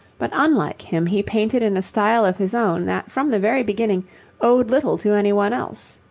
but unlike him he painted in a style of his own that from the very beginning owed little to any one else.